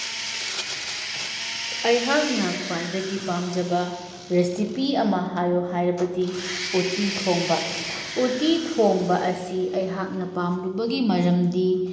ꯑꯩꯍꯥꯛꯅ ꯈ꯭ꯋꯥꯏꯗꯒꯤ ꯄꯥꯝꯖꯕ ꯔꯦꯁꯤꯄꯤ ꯑꯃ ꯍꯥꯏꯌꯣ ꯍꯥꯏꯔꯕꯗꯤ ꯎꯇꯤ ꯊꯣꯡꯕ ꯎꯇꯤ ꯊꯣꯡꯕ ꯑꯁꯤ ꯑꯩꯍꯥꯛꯅ ꯄꯥꯝꯂꯨꯕꯒꯤ ꯃꯔꯝꯗꯤ